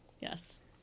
yes